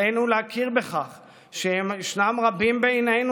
עלינו להכיר בכך שיש רבים בינינו,